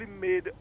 made